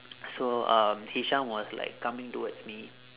so um hisham was like coming towards me